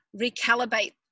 recalibrate